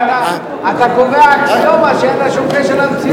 אבל אתה קובע אקסיומה שאין לה שום קשר למציאות.